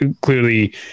clearly